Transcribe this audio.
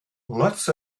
lots